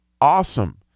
awesome